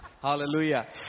Hallelujah